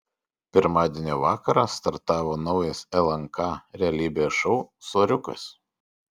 pirmadienio vakarą startavo naujas lnk realybės šou soriukas